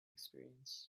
experience